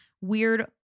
weird